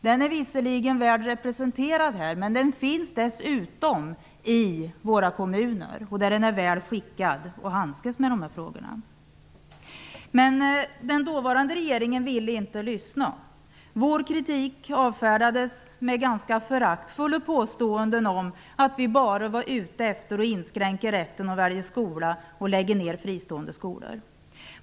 Den är visserligen väl representerad, men den finns dessutom i kommunerna där man är väl skickad att handskas med dessa frågor. Men den dåvarande regeringen ville inte lyssna. Vår kritik avfärdades med ganska föraktfulla påståenden om att vi bara var ute efter att inskränka rätten att välja skola och efter att lägga ner fristående skolor.